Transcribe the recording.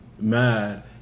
Mad